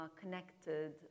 connected